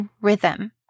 rhythm